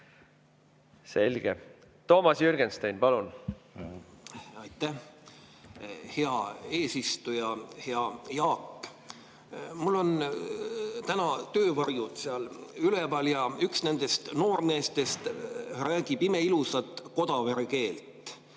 Selge! Toomas Jürgenstein, palun! Aitäh! Hea eesistuja! Hea Jaak! Mul on täna töövarjud seal üleval ja üks nendest noormeestest räägib imeilusat kodavere keelt.